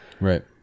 Right